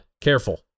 careful